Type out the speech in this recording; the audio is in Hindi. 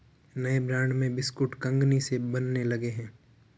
नए ब्रांड के बिस्कुट कंगनी से बनने लगे हैं